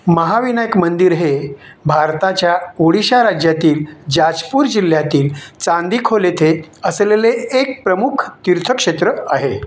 महाविनायक मंदिर हे भारताच्या ओडिशा राज्यातील जाजपूर जिल्ह्यातील चांदीखोल येथे असलेले एक प्रमुख तीर्थक्षेत्र आहे